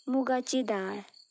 मुगाची दाळ